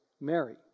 Mary